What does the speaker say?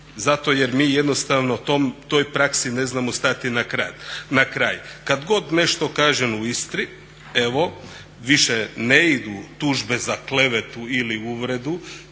zato jer mi jednostavno toj praksi ne znamo stati na kraj. Kad god nešto kažem u Istri evo više ne idu tužbe za klevetu ili uvredu